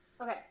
Okay